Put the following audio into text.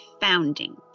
founding